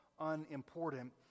unimportant